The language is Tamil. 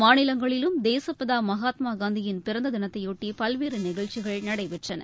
மாநிலங்களிலும் தேசப்பிதா மகாத்மாகாந்தியின் பிறந்த தினத்தையொட்டி பல்வேறு நிகழ்ச்சிகள் நடைபெற்றன